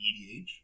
EDH